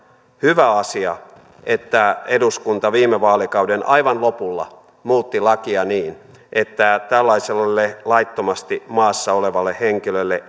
hyvä asia että eduskunta viime vaalikauden aivan lopulla muutti lakia niin että tällaiselle laittomasti maassa olevalle henkilölle